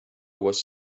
was